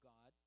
God